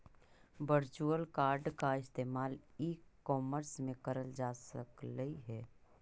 virtual card का इस्तेमाल e commerce में करल जा सकलई हे